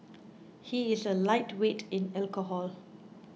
he is a lightweight in alcohol